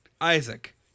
Isaac